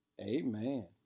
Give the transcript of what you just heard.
amen